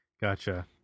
gotcha